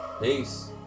Peace